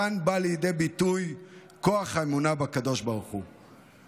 כאן בא לידי ביטוי כוח האמונה בקדוש ברוך הוא.